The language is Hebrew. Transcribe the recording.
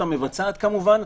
וגם הרשות המבצעת כמובן,